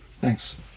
Thanks